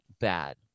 bad